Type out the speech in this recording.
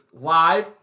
live